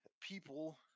people